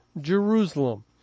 Jerusalem